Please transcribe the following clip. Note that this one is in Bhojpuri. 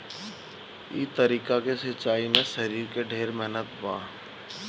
ई तरीका के सिंचाई में शरीर के ढेर मेहनत बा